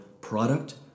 product